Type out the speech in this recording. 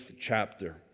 chapter